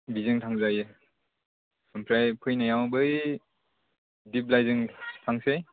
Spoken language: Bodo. बेथिंजाय थांजायो ओमफ्राय फैनायाव बै दिप्लाइजों थांनोसै